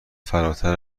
فراتر